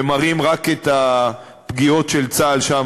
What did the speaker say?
ומראים רק את הפגיעות של צה"ל שם,